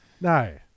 No